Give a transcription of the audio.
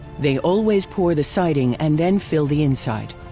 they always pour the siding and then fill the inside.